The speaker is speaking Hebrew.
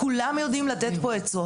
כולם יודעים לתת פה עצות.